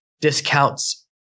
discounts